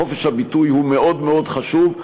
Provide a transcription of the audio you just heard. חופש הביטוי הוא מאוד מאוד חשוב,